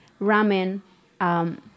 ramen